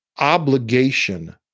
obligation